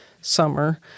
summer